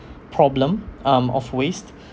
problem um of waste